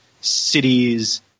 cities